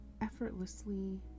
effortlessly